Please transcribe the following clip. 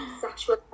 sexual